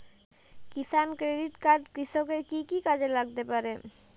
কিষান credit card কৃষকের কি কি কাজে লাগতে পারে?